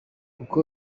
uko